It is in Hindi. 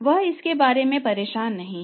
वह इसके बारे में परेशान नहीं है